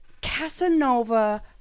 Casanova